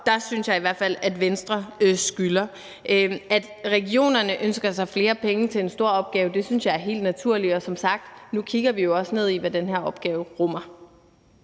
det synes jeg i hvert fald Venstre skylder et svar på. At regionerne ønsker sig flere penge til en stor opgave, synes jeg er helt naturligt, og som sagt kigger vi jo også nu ned i, hvad den her opgave rummer.